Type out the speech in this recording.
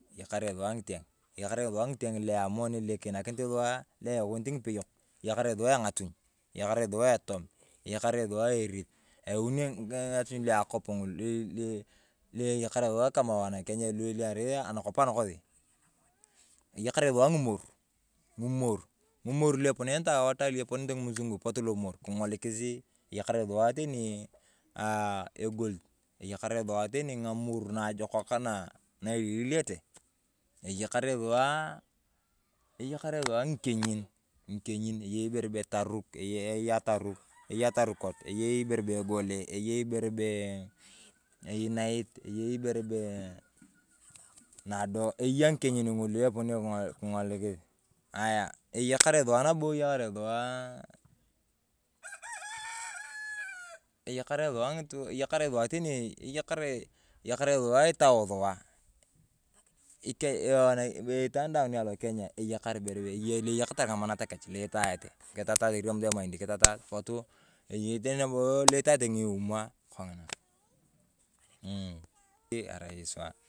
Eyakare sua ng’iteng, eyakare sua ng'iteng lu amoni lu kinakinoto sua, eyaunit ng’ipeyok. Eyakare sua eng’atuny, eyakare sua etom, eyakare sua eris lu eyakare sua kama wanakenya lu arai anakop anakesi. Eyakare sua ng’imor, ng'imor lu eponenete wanatalii, ng’imusungui potuu lomor king’olikisi, eyakare sua teni aaah egolit, eyakare sua teni ng’amor naajokak naa eliliyete. Eyakare sua ng’ikenyin, eyei ibere bee egole, eyei ibere bee nait, eyei ibere bee eeh nadoo. Eyaa ng'ikenyin ng’ulu eponio king'olikis. Ng’aya eyakare sua nabo eyakere sua nabo eyakere sua aah eyakare sua eyakare sua itao sua. Itwaan daang niakenya eyakare nga’amanat kech na itaate. Kitaata toriamut emaidi kech, kitaata potuueya teni lu itaate ng’imwa kong’ina mmmmh arai sua.